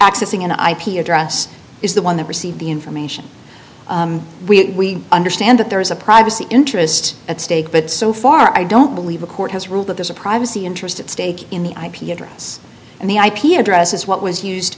accessing an ip address is the one that received the information we understand that there is a privacy interest at stake but so far i don't believe a court has ruled that there's a privacy interest at stake in the ip address and the ip address is what was used